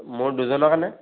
মোৰ দুজনৰ কাৰণে